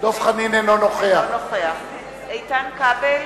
- אינו נוכח איתן כבל